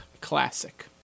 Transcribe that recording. classic